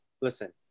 Listen